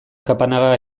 kapanaga